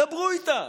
דברו איתם.